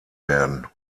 werden